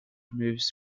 moves